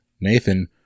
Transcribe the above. Nathan